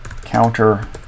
counter